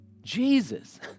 Jesus